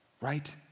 Right